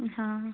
हाँ